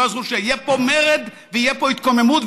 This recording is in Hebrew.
יהיה פה מרד ותהיה פה התקוממות,